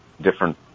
different